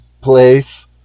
place